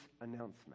announcement